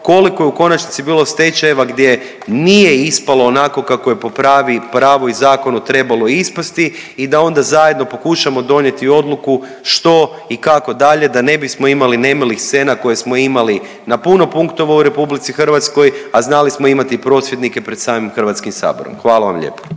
koliko je u konačnici bilo stečajeva gdje nije ispalo onako kako je po pravu i zakonu trebalo ispasti i da onda zajedno pokušamo donijeti odluku što i kako dalje da ne bismo imali nemilih scena koje smo imali na puno punktova u Republici Hrvatskoj, a znali smo imati i prosvjednike pred samim Hrvatskim saborom. Hvala vam lijepo.